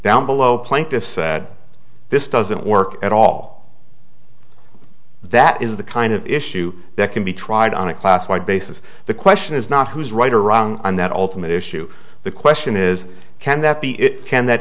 downbelow plaintiff said this doesn't work at all that is the kind of issue that can be tried on a class wide basis the question is not who's right or wrong on that ultimate issue the question is can that be it can that